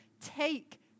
take